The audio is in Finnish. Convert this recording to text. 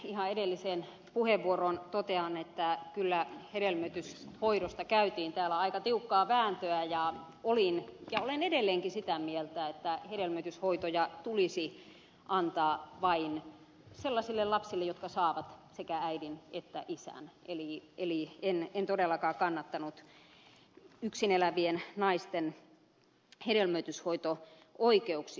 ihan edelliseen puheenvuoroon totean että kyllä hedelmöityshoidosta käytiin täällä aika tiukkaa vääntöä ja olin ja olen edelleenkin sitä mieltä että hedelmöityshoitoja tulisi antaa vain sellaisten lasten saamiseksi jotka saavat sekä äidin että isän eli en todellakaan kannattanut yksin elävien naisten hedelmöityshoito oikeuksia